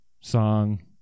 song